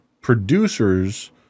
producers